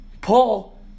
Paul